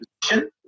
position